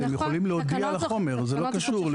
אתם יכולים להודיע על החומר, זה לא קשור.